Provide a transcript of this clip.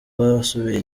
bwasubiye